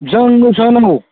बेसां नांगौ